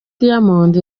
diamond